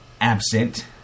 absent